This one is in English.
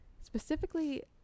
specifically